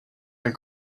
and